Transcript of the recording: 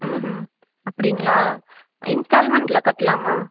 ம்ஹும் அப்படிங்ளா இன்ஸ்டால்மென்ட்டில் கட்டலாமா